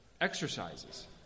exercises